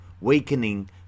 weakening